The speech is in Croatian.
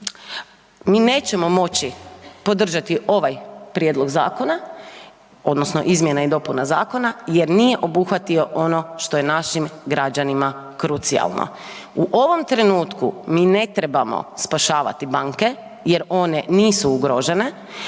mi nećemo moći podržati ovaj prijedlog zakona odnosno izmjene i dopune zakona jer nije obuhvatio ono što je našim građanima krucijalno. U ovom trenutku, mi ne trebamo spašavati banke jer one nisu ugrožene,